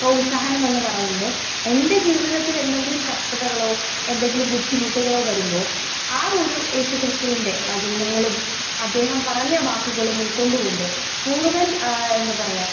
പ്രോത്സാഹനമെന്നു പറയുന്നത് എൻ്റെ ജീവിതത്തിൽ എൻ്റെ കഷ്ടതകളോ എന്തെങ്കിലും ബുദ്ധിമുട്ടുകളോ വരുമ്പോൾ അ ഒരു യേശു ക്രിസ്തുവിൻ്റെ വചനങ്ങളും അദ്ദേഹം പറഞ്ഞാൽ വാക്കുകളും ഉൾക്കൊണ്ടുകൊണ്ട് കൂടുതൽ എന്താ പറയുക